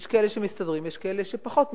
יש כאלה שמסתדרים ויש כאלה שפחות מסתדרים.